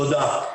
תודה.